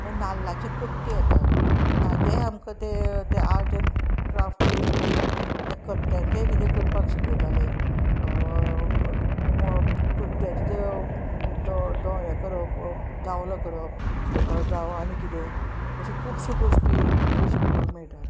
मागीर नाल्लाच्यो कट्टी येतात ताचेंय आमकां ते ते आर्ट एंड क्राफ्ट यूज करून त्या कट्ट्यांचेंय किदें करपाक शिकयताले कट्ट्याचें तें हें करप दावलो करप जावं आनी किदें अश्यो खुबश्यो गोश्टी आमकां शिकपाक मेळटाले